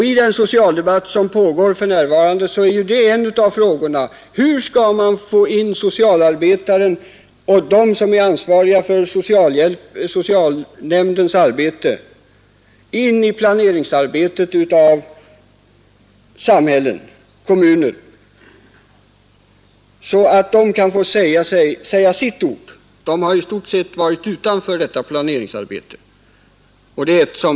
I den socialdebatt som pågår för närvarande är en av frågorna: Hur skall man få socialarbetarna och de som är politiskt ansvariga för socialvården att arbeta med i planeringen av samhällen och kommuner? De har i stort sett stått utanför detta planeringsarbete.